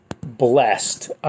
blessed